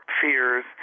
fears